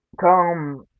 come